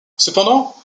cependant